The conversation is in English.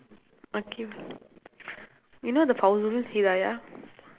akhil you know the hidayah